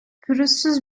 pürüzsüz